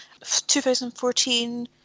2014